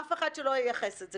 אף אחד שלא ייחס לזה.